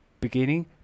beginning